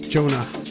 Jonah